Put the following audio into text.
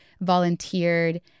volunteered